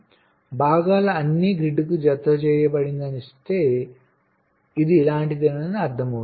కాబట్టి భాగాలు అన్నీ గ్రిడ్కు జతచేయబడిందని ఇస్తే ఇది ఇలాంటిదేనని అర్థం